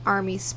Army